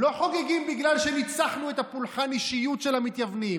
לא חוגגים בגלל שניצחנו את פולחן האישיות של המתייוונים.